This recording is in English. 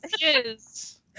Yes